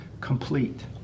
complete